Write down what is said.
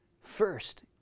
first